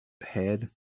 head